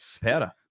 powder